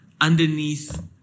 underneath